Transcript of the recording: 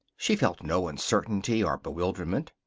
she felt no uncertainty or bewilderment.